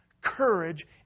courage